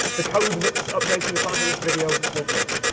the code that's updating the title of this video will break.